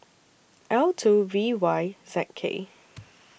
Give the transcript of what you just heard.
L two V Y Z K